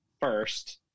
first